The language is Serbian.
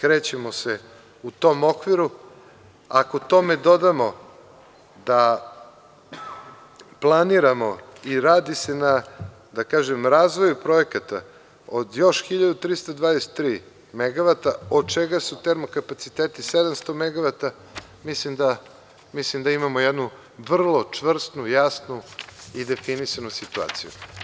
Krećemo se u tom okviru, a ako tome dodamo da planiramo i radi se na, da kažem, razvoju projekata od još 1.323 megavata, od čega su termo kapaciteti 700 megavata, mislim da imamo jednu vrlo čvrstu, jasnu i definisanu situaciju.